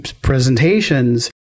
presentations